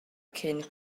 cyn